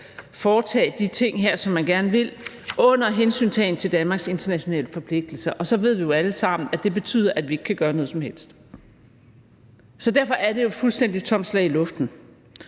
foretage de ting her, som man gerne vil, dog under hensyntagen til Danmarks internationale forpligtelser, og så ved vi jo alle sammen, at det betyder, at vi ikke kan gøre noget som helst. Så derfor er det jo et fuldstændig tomt slag i luften.